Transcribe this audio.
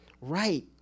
right